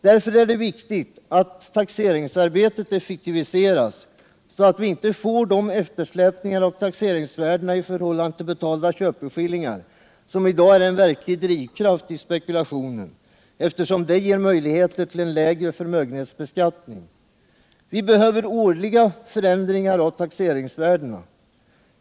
Därför är det viktigt att taxeringsarbetet effektiviseras, så att vi inte får de eftersläpningar av taxeringsvärdena i förhållande till betalda köpeskillingar som i dag är en verklig drivkraft i spekulationen eftersom de ger möjligheter till lägre förmögenhetsbeskattning. Vi behöver årliga förändringar av taxeringsvärdena.